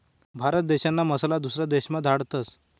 भारत देशना मसाला दुसरा देशमा धाडतस